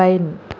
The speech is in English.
pine